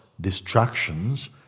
distractions